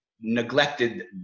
neglected